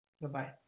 Goodbye